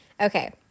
Okay